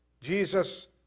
Jesus